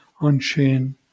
unchain